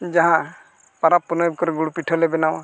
ᱡᱟᱦᱟᱸ ᱯᱟᱨᱟᱵᱽ ᱯᱩᱱᱟᱹᱭ ᱠᱚᱨᱮ ᱜᱩᱲ ᱯᱤᱴᱷᱟᱹᱞᱮ ᱵᱮᱱᱟᱣᱟ